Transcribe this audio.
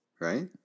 Right